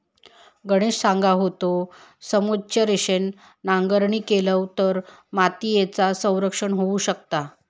गणेश सांगा होतो, समोच्च रेषेन नांगरणी केलव तर मातीयेचा संरक्षण होऊ शकता